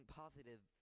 positive